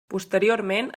posteriorment